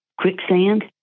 quicksand